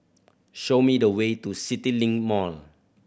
show me the way to CityLink Mall